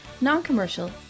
non-commercial